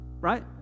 Right